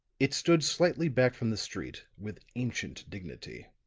it stood slightly back from the street with ancient dignity